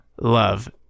Love